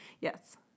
Yes